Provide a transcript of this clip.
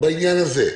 בעניין הזה.